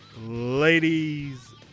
ladies